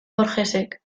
borgesek